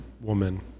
woman